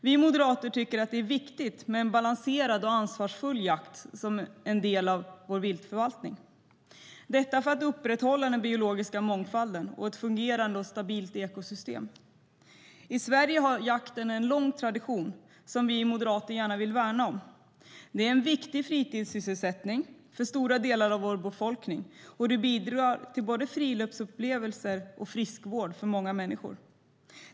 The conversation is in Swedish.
Vi moderater tycker att det är viktigt med en balanserad och ansvarsfull jakt som en del av vår viltförvaltning och för att upprätthålla den biologiska mångfalden och ett fungerande och stabilt ekosystem. I Sverige har jakten en lång tradition som vi moderater gärna vill värna om. Den är en viktig fritidssysselsättning för stora delar av vår befolkning, och den bidrar till både friluftsupplevelser och friskvård för många människor.